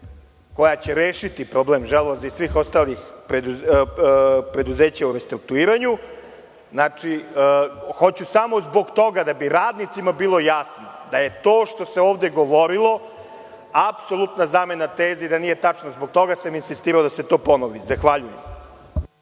koja će rešiti problem „Želvoza“ i svih ostalih preduzeća u restrukturiranju. Hoću samo zbog toga, da bi radnicima bilo jasno da je to što se ovde govorilo apsolutna zamena teza i da nije tačna. Zbog toga sam insistirao da se to ponovi. Zahvaljujem.